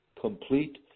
complete